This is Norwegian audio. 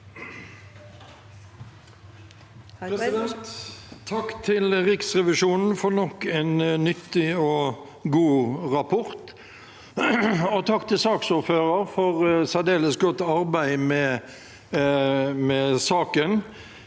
Takk til Riksrevisjo- nen for nok en nyttig og god rapport, og takk til saksordføreren for særdeles godt arbeid med saken.